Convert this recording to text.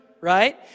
right